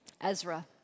Ezra